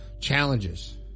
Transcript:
challenges